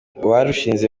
barushinze